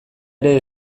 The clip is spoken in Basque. ere